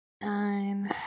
nine